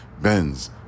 Benz